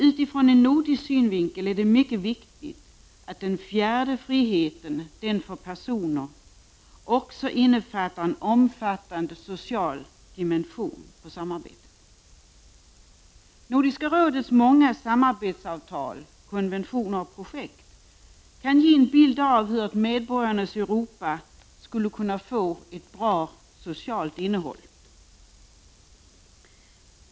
Utifrån en nordisk synvinkel är det mycket viktigt att den fjärde friheten, för personer, också innefattar en omfattande social dimension för samarbete. Nordiska rådets många samarbetsavtal, konventioner och projekt kan ge en bild av hur ett medborgarnas Europa skulle kunna få ett bra socialt innehåll.